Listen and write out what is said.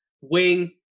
wing